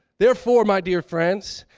therefore, my dear friends,